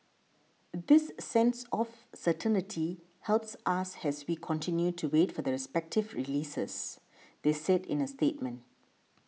this sense of certainty helps us has we continue to wait for the respective releases they said in a statement